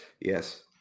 yes